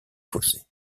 fossés